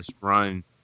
run